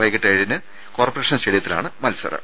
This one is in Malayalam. വൈകീട്ട് ഏഴിന് കോർപ്പറേഷൻ സ്റ്റേഡിയത്തിലാണ് മത്സരം